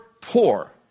poor